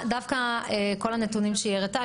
דווקא בכל הנתונים שהיא הראתה,